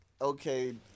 okay